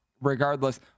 regardless